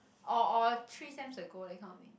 or or three sems ago that kind of thing